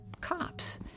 cops